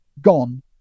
gone